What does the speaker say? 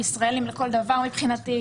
הם ישראלים לכל דבר מבחינתי,